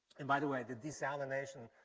and by the way, the desalination,